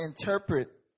interpret